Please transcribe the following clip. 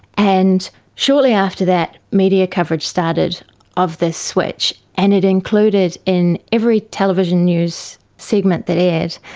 and shortly after that, media coverage started of this switch, and it included in every television news segment that aired,